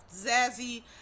Zazzy